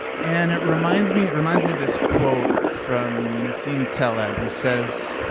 and it reminds me it reminds me of this quote from nassim taleb. he says,